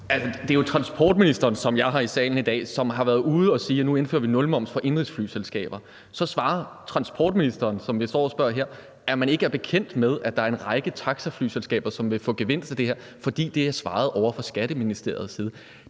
salen i dag, der har været ude at sige, at nu indfører vi nulmoms for indenrigsflyselskaber. Transportministeren, som jeg står og spørger her, svarer, at man ikke er bekendt med, at der er en række taxaflyselskaber, som vil få gevinst af det her, fordi det er svaret ovre fra Skatteministeriets side.